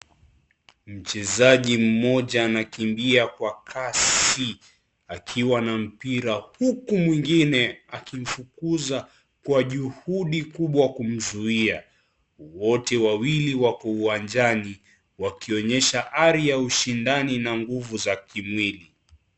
Mchezaji mmoja anakimbia kwa kasi akiwa na mpira huku mwingine akimfukuza kwa juhudi kubwa kumzuia. Wote wawili wako uwanjani wakionyesha ari ya ushindani na nguvu za kimwili.